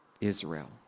Israel